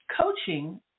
coaching